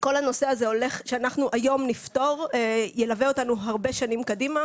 כל הנושא הזה שאנחנו היום נפתור ילווה אותנו הרבה שנים קדימה,